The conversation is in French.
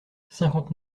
cinquante